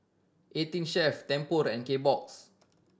Eighteen Chef Tempur and Kbox